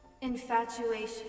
Infatuation